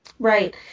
Right